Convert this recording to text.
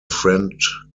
friend